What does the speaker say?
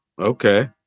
Okay